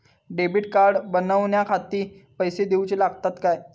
Debit card बनवण्याखाती पैसे दिऊचे लागतात काय?